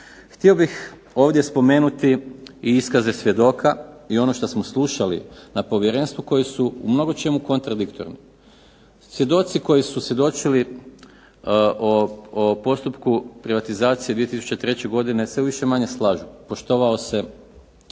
Htio bih ovdje spomenuti i iskaze svjedoke i sve ono što smo slušali na Povjerenstvu koji su u mnogočemu kontradiktorni. Svjedoci koji su svjedočili o postupku privatizacije 2003. godine se manje više slažu, poštovala se